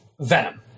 Venom